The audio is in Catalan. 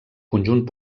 conjunt